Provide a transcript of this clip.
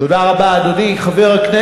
תודה רבה, אדוני.